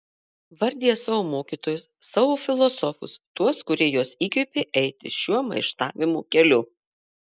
vardija savo mokytojus savo filosofus tuos kurie juos įkvėpė eiti šiuo maištavimo keliu